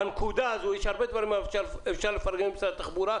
בנקודה הזאת יש הרבה דברים שאפשר לפרגן למשרד התחבורה,